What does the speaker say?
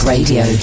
Radio